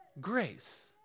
grace